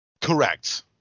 Correct